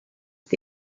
the